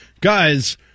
guys